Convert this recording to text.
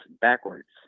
backwards